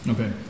Okay